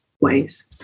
ways